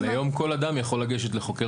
אבל היום כל אדם יכול לגשת לחוקר